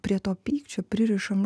prie to pykčio pririšam